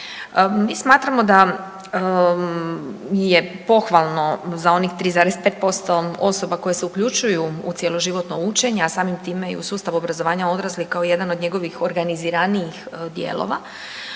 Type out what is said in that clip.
Mi smatramo da je pohvalno za onih 3,5% osoba koje se uključuju u cjeloživotno učenje, a samim time i u sustav obrazovanja odraslih kao jedan od njegovih organiziranijih dijelova,